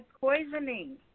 poisoning